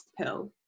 pill